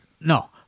No